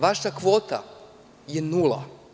Vaša kvota je nula.